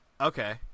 Okay